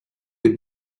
the